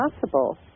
possible